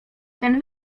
ten